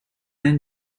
and